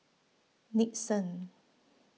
Nixon